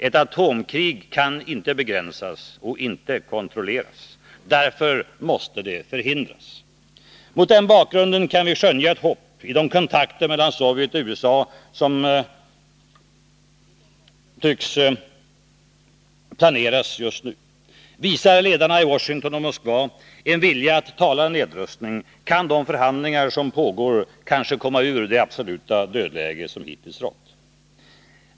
Ett atomkrig kan inte begränsas och inte kontrolleras. Därför måste det förhindras. Mot den bakgrunden kan vi skönja ett hopp i de kontakter som tycks planeras just nu. Visar ledarna i Washington och Moskva en vilja att tala nedrustning, kan de förhandlingar som pågår kanske komma ur det absoluta dödläge som hittills rått.